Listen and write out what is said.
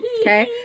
Okay